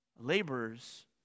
laborers